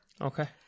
okay